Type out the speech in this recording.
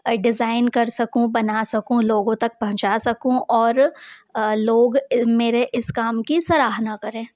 design कर सकूँ बना सकूँ लोगों तक पहुँचा सकूँ और लोग मेरे इस काम की सराहना करें